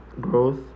growth